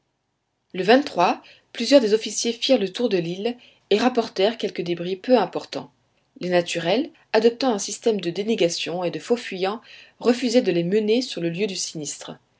le plusieurs des officiers firent le tour de l'île et rapportèrent quelques débris peu importants les naturels adoptant un système de dénégations et de faux fuyants refusaient de les mener sur le lieu du sinistre